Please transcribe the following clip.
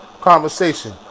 conversation